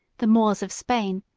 the moors of spain,